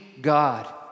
God